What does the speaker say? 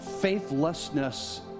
faithlessness